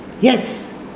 Yes